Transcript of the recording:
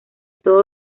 todos